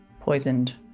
poisoned